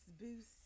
boost